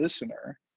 listener